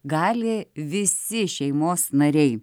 gali visi šeimos nariai